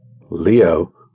Leo